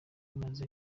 bimaze